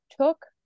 took